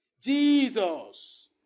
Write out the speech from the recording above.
Jesus